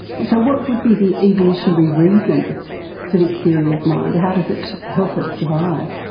so what would be the evolutionary reason for this theory of mind? how does it help us survive?